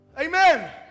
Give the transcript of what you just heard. Amen